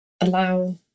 Allow